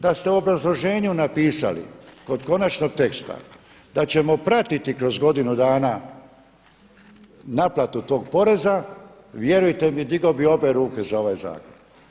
Da ste u obrazloženju napisali kod konačnog teksta da ćemo pratiti kroz godinu dana naplatu tog poreza, vjerujte mi digao bih obje ruke za ovaj zakon.